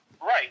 Right